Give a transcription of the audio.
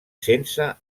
sense